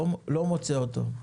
לא מוצא אותו.